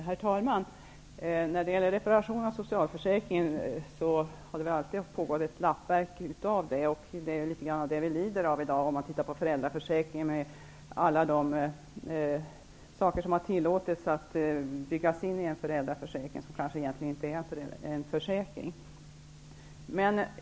Herr talman! Reparationer av socialförsäkringen har alltid skett i form av ett lappverk. Det är detta som vi något lider av i dag. Man kan se på föräldraförsäkringen och alla de saker som man har låtit bygga in i föräldraförsäkringen, som ju egentligen inte är någon försäkring.